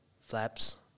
Flaps